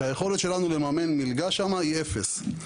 שהיכולת שלנו לממן מלגה שם היא אפס.